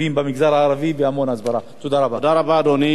ישיב על ההצעה לסדר-היום השר פלד.